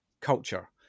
culture